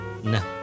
No